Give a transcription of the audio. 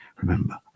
remember